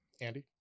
andy